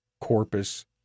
corpus